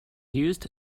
used